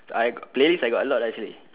I play list I got a lot actually